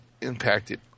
impacted